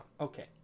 Okay